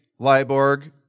Liborg